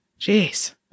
Jeez